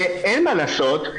ואין מה לעשות,